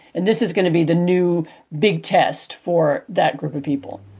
and this is going to be the new big test for that group of people